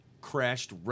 crashed